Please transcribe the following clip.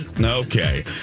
Okay